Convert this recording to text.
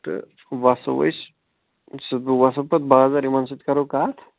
تہٕ وَسو أسۍ ژٕ تہٕ بہٕ وَسو پَتہٕ بازر یِمن سۭتۍ کرو کَتھ